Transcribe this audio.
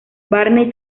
barney